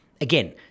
Again